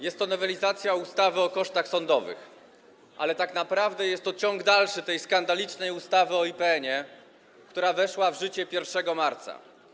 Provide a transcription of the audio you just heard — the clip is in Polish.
Jest to nowelizacja ustawy o kosztach sądowych, ale tak naprawdę jest to ciąg dalszy tej skandalicznej ustawy o IPN-ie, która weszła w życie 1 marca.